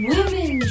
Women